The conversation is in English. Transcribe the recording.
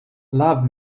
love